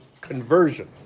conversion